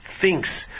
thinks